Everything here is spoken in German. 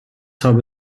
habe